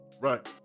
Right